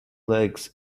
legs